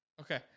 Okay